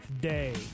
day